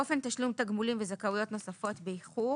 אופן תשלום תגמולים וזכאויות נוספות באיחור